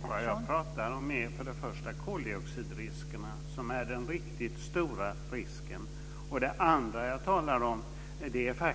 Fru talman! Vad jag pratar om är först och främst koldioxidrisken, som är den riktigt stora risken. Det andra jag talar om är ifall